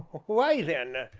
why then,